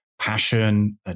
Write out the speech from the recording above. passion